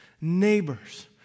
neighbors